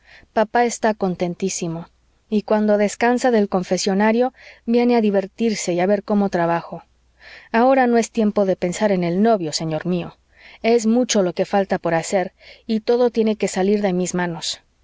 papá está contentísimo y cuando descansa del confesionario viene a divertirse y a ver cómo trabajo ahora no es tiempo de pensar en el novio señor mió es mucho lo que falta por hacer y todo tiene que salir de mis manos